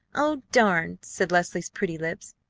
oh, darn! said leslie's pretty lips.